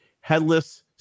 headless